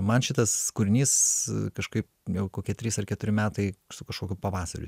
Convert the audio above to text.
man šitas kūrinys kažkaip gal kokie trys ar keturi metai su kažkokiu pavasariu